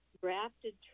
grafted